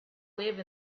live